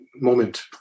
moment